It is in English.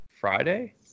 friday